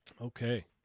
Okay